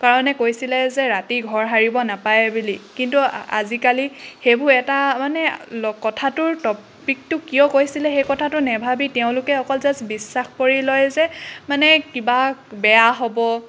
কাৰণে কৈছিলে যে ৰাতি ঘৰ সাৰিব নাপায় বুলি কিন্তু আজিকালি সেইবোৰ এটা মানে কথাটোৰ টপিকটো কিয় কৈছিলে সেই কথাটো নাভাবি তেওঁলোকে অকল জাষ্ট বিশ্বাস কৰি লয় যে মানে কিবা বেয়া হ'ব